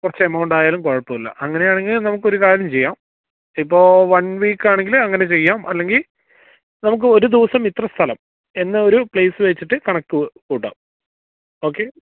കുറച്ച് എമൌണ്ടായാലും കുഴപ്പമില്ല അങ്ങനെയാണെങ്കില് നമുക്ക് ഒരു കാര്യം ചെയ്യാം ഇപ്പോള് വൺ വീക്കാണെങ്കില് അങ്ങനെ ചെയ്യാം അല്ലെങ്കില് നമുക്ക് ഒരു ദിവസം ഇത്ര സ്ഥലം എന്നൊരു പ്ലേസ് വെച്ചിട്ട് കണക്കുകൂട്ടാം ഓക്കെ